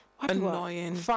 Annoying